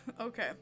Okay